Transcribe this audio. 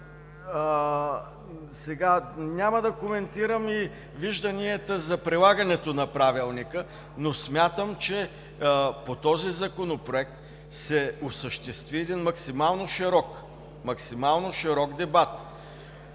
оттам. Няма да коментирам и вижданията за прилагането на Правилника, но смятам, че по този Законопроект се осъществи един максимално широк дебат.